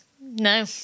No